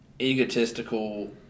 egotistical